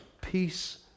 Peace